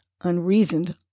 unreasoned